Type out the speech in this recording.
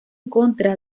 contra